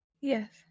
Yes